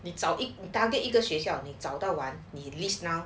你找一个 target 一个学校里找到完你 list now